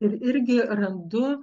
ir irgi randu